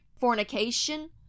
fornication